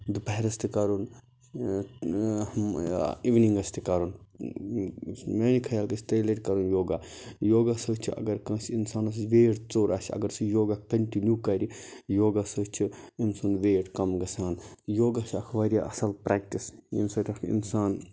دُپہرس تہِ کَرُن اِونِگَس تہِ کَرُن میٛانہِ خیال گَژھِ ترٛیہِ لَٹہِ کَرُن یوگا یوگا سۭتۍ چھِ اگر کٲنٛسہِ اِنسانَس ویٹ ژوٚر آسہِ اگر سُہ یوگا کَنٛٹِنوٗ کَرِ یوگا سۭتۍ چھِ أمۍ سُنٛد ویٹ کَم گژھان یوگا چھُ اَکھ واریاہ اَصٕل پرٛٮ۪کٹِس ییٚمہِ سۭتۍ اَکھ اِنسان